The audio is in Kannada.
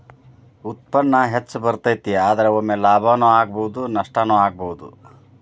ಉತ್ಪನ್ನಾ ಹೆಚ್ಚ ಬರತತಿ, ಆದರ ಒಮ್ಮೆ ಲಾಭಾನು ಆಗ್ಬಹುದು ನಷ್ಟಾನು ಆಗ್ಬಹುದು